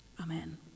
Amen